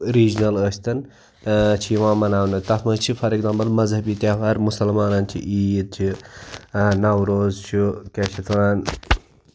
regional ٲسۍ تَن چھِ یِوان مَناونہٕ تَتھ منٛز چھِ فار ایٚکزامپٕل مذۂبی تہوار مُسلمانَن چھِ عیٖد چھِ نوروز چھُ کیٛاہ چھِ اَتھ وَنان